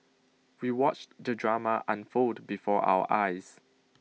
we watched the drama unfold before our eyes